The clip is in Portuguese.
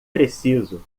preciso